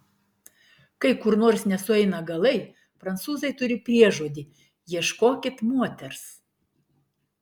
kai kur nors nesueina galai prancūzai turi priežodį ieškokit moters